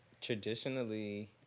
traditionally